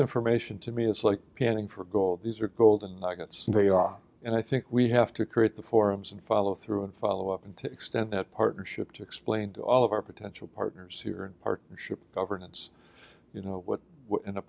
information to me is like panning for gold these are golden nuggets they are and i think we have to create the forums and follow through and follow up and to extend that partnership to explain to all of our potential partners here in partnership governance you know what in a